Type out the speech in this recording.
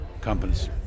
companies